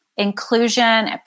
Inclusion